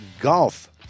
golf